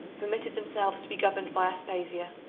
permitted themselves to be governed by aspasia,